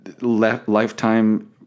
lifetime